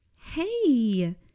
Hey